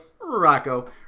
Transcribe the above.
Rocco